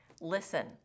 Listen